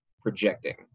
projecting